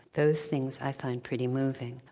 those things i find pretty moving.